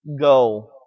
Go